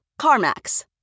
CarMax